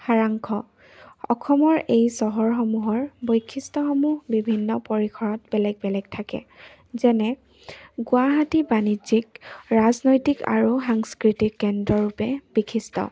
সাৰাংশ অসমৰ এই চহৰসমূহৰ বৈশিষ্ট্যসমূহ বিভিন্ন পৰিসৰত বেলেগ বেলেগ থাকে যেনে গুৱাহাটী বাণিজ্যিক ৰাজনৈতিক আৰু সাংস্কৃতিক কেন্দ্ৰৰূপে বিশিষ্ট